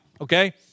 okay